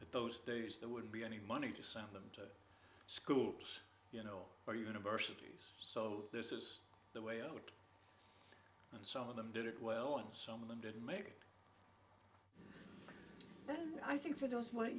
those days there wouldn't be any money to send them to schools you know or universities so this is the way out and some of them did it well and some of them didn't make them and i think